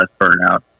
burnout